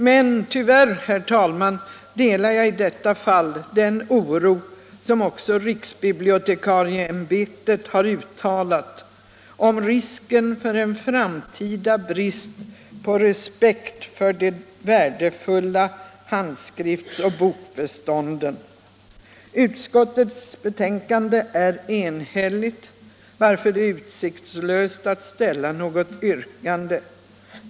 Men tyvärr, herr talman, delar jag i detta fall den oro som också riksbibliotekarieämbetet har uttalat om risken för en framtida brist på respekt för de värdefulla handskriftsoch bokbestånden. Utskottets betänkande är enhälligt, varför det är utsiktslöst att ställa något yrkande.